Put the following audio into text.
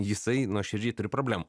jisai nuoširdžiai turi problem